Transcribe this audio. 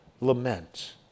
Lament